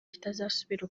kitazasubira